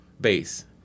base